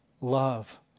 love